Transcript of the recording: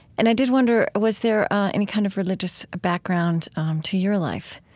and i did wonder was there any kind of religious background um to your life?